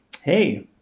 hey